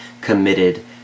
committed